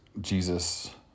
Jesus